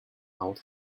out